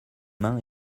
mains